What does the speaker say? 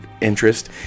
interest